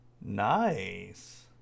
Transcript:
Nice